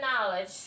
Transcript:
knowledge